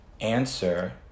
answer